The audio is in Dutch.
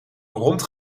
rond